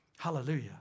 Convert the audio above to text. Hallelujah